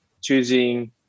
choosing